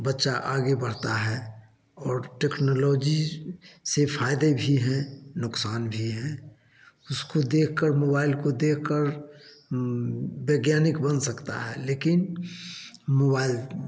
बच्चा आगे बढ़ता है और टेक्नलॉजी से फ़ायदे भी हैं नुकसान भी हैं उसको देखकर मोबाइल को देखकर वैज्ञानिक बन सकता है लेकिन मुबाइल